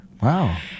Wow